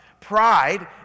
Pride